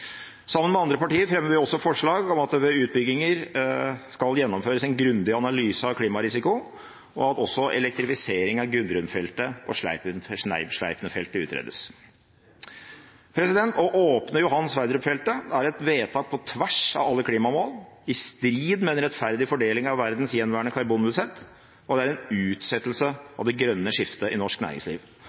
Sammen med andre partier fremmer vi også forslag om at det ved utbygginger skal gjennomføres en grundig analyse av klimarisiko, og at også elektrifisering av Gudrun-feltet og Sleipner-feltet utredes. Å åpne Johan Sverdrup-feltet er et vedtak på tvers av alle klimamål, i strid med en rettferdig fordeling av verdens gjenværende karbonbudsjett, og det er en utsettelse av det grønne skiftet i norsk næringsliv.